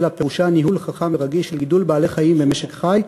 אלא פירושה ניהול חכם ורגיש של גידול בעלי-חיים במשק חי.